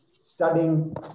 studying